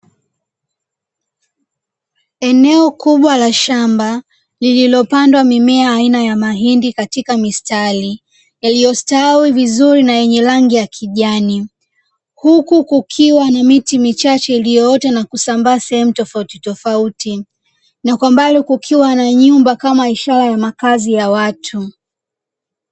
Eneo kubwa la shamba lililopandwa mimea aina ya mahindi katika mistari, yaliyostawi vizuri na yenye rangi ya kijani. Huku kukiwa na miti michache iliyoota na kusambaa sehemu tofautitofauti. Na kwa mbali kukiwa na nyumba kama ishara ya makazi ya watu.